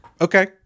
Okay